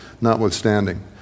notwithstanding